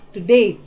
today